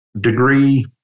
degree